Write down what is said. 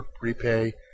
repay